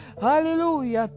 Hallelujah